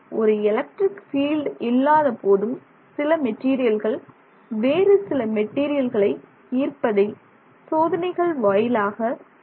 ஒரு electric field இல்லாதபோதும் சில மெட்டீரியல்கள் வேறு சில மெட்டீரியல்களை ஈர்ப்பதை சோதனைகள் வாயிலாக அறிகிறோம்